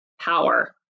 power